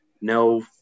no